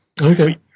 Okay